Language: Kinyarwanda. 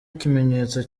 ikimenyetso